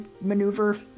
maneuver